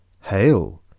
Hail